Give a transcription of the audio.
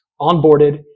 onboarded